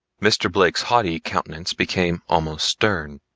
mr. blake's haughty countenance became almost stern.